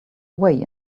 away